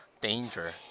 danger